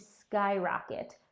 skyrocket